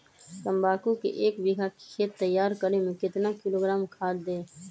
तम्बाकू के एक बीघा खेत तैयार करें मे कितना किलोग्राम खाद दे?